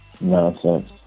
nonsense